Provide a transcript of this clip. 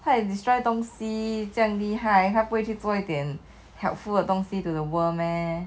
他也 destroy 东西这样厉害他不会去做一点 helpful 的东西 to the world meh